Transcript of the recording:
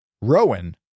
Rowan